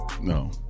No